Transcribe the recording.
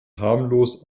harmlos